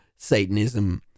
Satanism